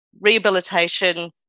Rehabilitation